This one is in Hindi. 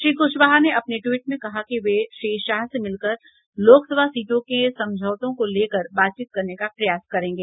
श्री कुशवाहा ने अपने ट्वीट में कहा कि वे श्री शाह से मिलकर लोकसभा सीटों के समझौते को लेकर बातचीत करने का प्रयास करेंगे